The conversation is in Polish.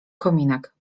kominek